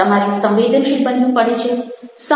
તમારે સંવેદનશીલ બનવું પડે છે